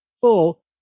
full